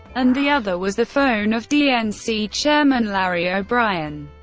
and the other was the phone of dnc chairman larry o'brien.